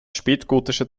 spätgotischer